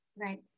right